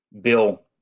bill